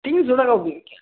তিনশো টাকা